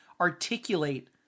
articulate